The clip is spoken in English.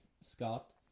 Scott